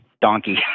donkey